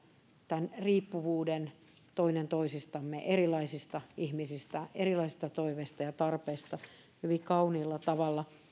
tämän riippuvuuden toinen toisistamme erilaisista ihmisistä erilaisista toiveista ja tarpeista hyvin kauniilla tavalla